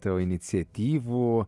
tavo iniciatyvų